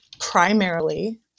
primarily